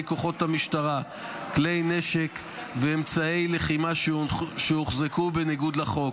כוחות המשטרה כלי נשק ואמצעי לחימה שהוחזקו בניגוד לחוק,